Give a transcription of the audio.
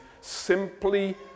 simply